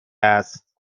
است